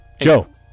Joe